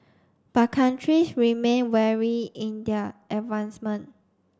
but countries remain varied in their advancement